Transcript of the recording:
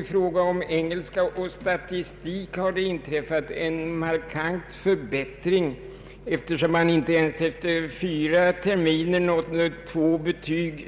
I fråga om engelska och statistik har det, förklaras det, inträffat en markant förbättring, eftersom studenterna 1963 inte ens efter fyra terminer klarade av två betyg